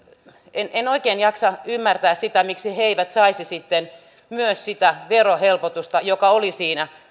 en en oikein jaksa ymmärtää sitä miksi he eivät saisi sitten myös sitä verohelpotusta joka oli siinä